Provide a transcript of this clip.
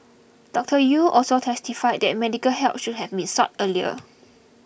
Doctor Yew also testified that medical help should have been sought earlier